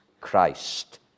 Christ